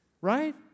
right